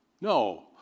No